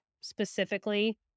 specifically